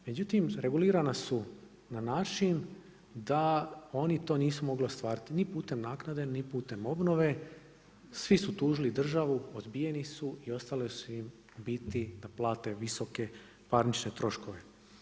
Međutim, regulirana su na način da oni to nisu mogli ostvariti ni putem naknade, ni putem obnove, svi su tužili državu, odbijeni su i ostale su im u biti da plate visoke parnične troškove.